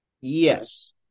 Yes